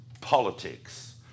politics